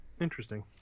interesting